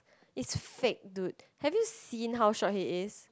is fake dude have you seen how short he is